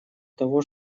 того